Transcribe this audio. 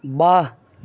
বাহ